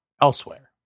elsewhere